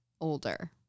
older